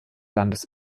landes